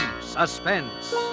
Suspense